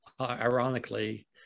ironically